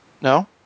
No